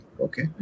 Okay